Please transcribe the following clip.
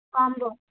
combo